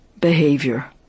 behavior